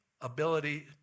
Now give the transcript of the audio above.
ability